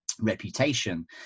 reputation